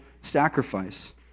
sacrifice